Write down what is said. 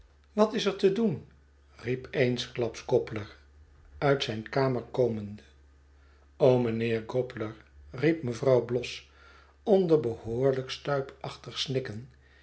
wat is er te doen riep eensklaps gobler uit zijn kamer komende meneer gobler riep mevrouw bloss onder behoorlijk stuipachtig snikken